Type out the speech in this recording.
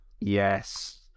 Yes